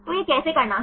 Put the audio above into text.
तो यह कैसे करना है